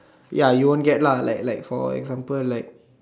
ya you won't get lah like like for example like